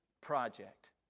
project